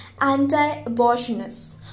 anti-abortionists